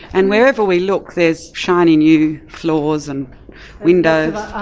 and wherever we look there's shiny new floors and windows.